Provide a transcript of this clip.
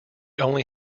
only